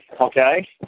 Okay